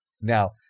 Now